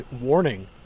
warning